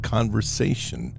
Conversation